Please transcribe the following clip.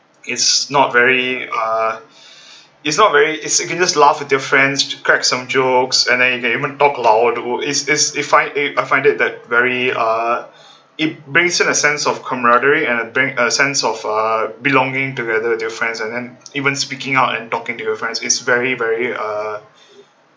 it's not very uh it's not very it's you can just laugh with your friends crack some jokes and then you can even talk loud it's it's a find I find it that very uh it brings it a sense of camaraderie and I think a sense of uh belonging together with your friends and then even speaking out and talking with your friends is very very uh